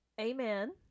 Amen